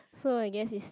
so I guess is